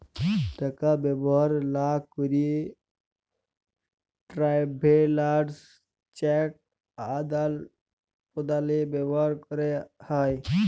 টাকা ব্যবহার লা ক্যেরে ট্রাভেলার্স চেক আদাল প্রদালে ব্যবহার ক্যেরে হ্যয়